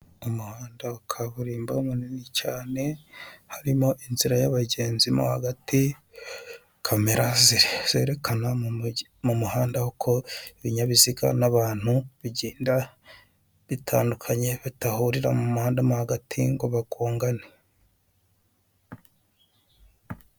Umuhanda wa kaburimbo munini cyane, harimo inzira y'abagenzi mo hagati, kamera zerekana mu mugi mu muhanda uko ibinyabiziga n'abantu bigenda bitandukanye batahurira mu muhanda mo hagati ngo bagongane.